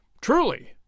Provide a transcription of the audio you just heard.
Truly